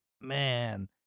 man